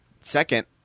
second